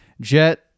Jet